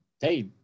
hey